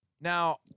Now